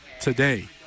today